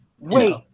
Wait